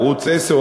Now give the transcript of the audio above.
ערוץ 10,